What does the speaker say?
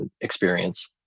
experience